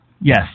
Yes